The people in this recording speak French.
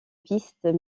pistes